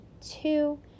two